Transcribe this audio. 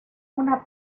una